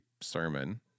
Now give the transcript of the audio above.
sermon